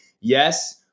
Yes